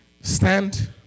stand